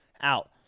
out